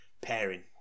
pairing